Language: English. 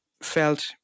felt